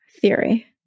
theory